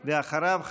ואחריו,